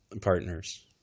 partners